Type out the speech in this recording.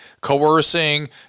coercing